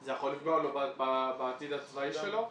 זה יכול לפגוע לו בעתיד הצבאי שלו.